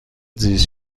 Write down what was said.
زیست